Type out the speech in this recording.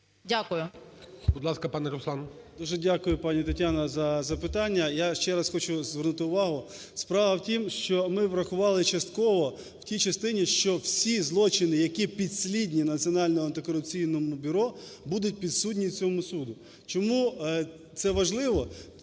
Р.П. Дуже дякую, пані Тетяно, за запитання. Я ще раз хочу звернути увагу. Справа в тім, що ми врахували частково в тій частині, що всі злочини, які підслідні Національному антикорупційному бюро, будуть підсудні цьому суду. Чому це важливо?